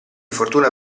fortuna